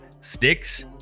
sticks